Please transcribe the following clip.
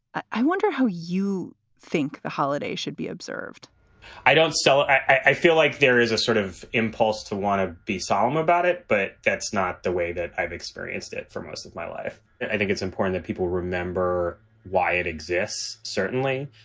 i wonder how you think the holiday should be observed i don't. so i feel like there is a sort of impulse to want to be solemn about it. but that's not the way that i've experienced it for most of my life. and i think it's important that people remember why it exists, certainly.